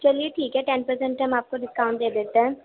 چلیے ٹھیک ہے ٹین پرسینٹ ہم آپ کو ڈسکاؤنٹ دے دیتے ہیں